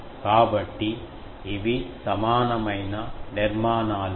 కాబట్టి ఇవి సమానమైన నిర్మాణాలు